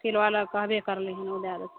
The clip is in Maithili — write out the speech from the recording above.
किलो लए कहबे करलै हन ओ दै देतै